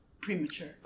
Premature